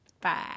bye